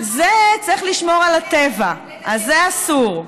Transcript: צריך לשמור על הטבע, אז זה אסור.